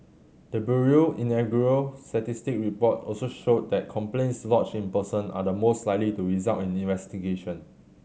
the bureau inaugural statistic report also showed that complaints lodged in person are the most likely to result in investigation